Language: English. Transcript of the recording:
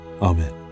Amen